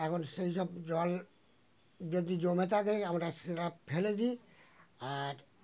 এখন সেই সব জল যদি জমে থাকে আমরা সেটা ফেলে দিই আর